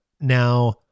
Now